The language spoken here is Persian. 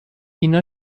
اینا